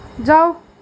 जाओ